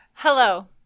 Hello